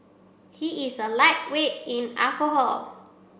he is a lightweight in alcohol